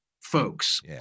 folks